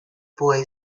boy